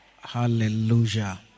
Hallelujah